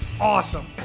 awesome